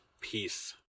Peace